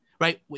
Right